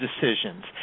decisions